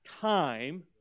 time